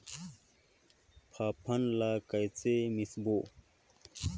फाफण ला कइसे मिसबो?